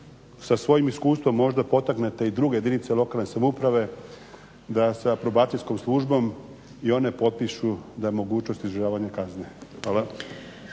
sa svojim iskustvom možda potaknete i druge jedinice lokalne samouprave da sa Probacijskom službom i one potpišu na mogućnost izdržavanja kazne. Hvala.